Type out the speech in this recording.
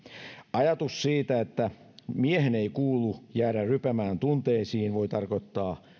ajatus siitä että miehen ei kuulu jäädä rypemään tunteisiin voi tarkoittaa